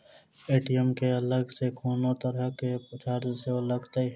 ATM केँ अलग सँ कोनो तरहक चार्ज सेहो लागत की?